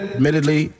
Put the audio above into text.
Admittedly